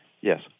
Yes